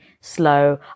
slow